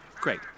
Great